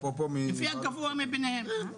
אפרופו --- לפי הגבוה מביניהם,